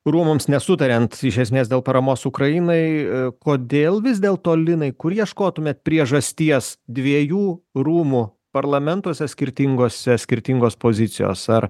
rūmams nesutariant iš esmės dėl paramos ukrainai kodėl vis dėlto linai kur ieškotumėt priežasties dviejų rūmų parlamentuose skirtingose skirtingos pozicijos ar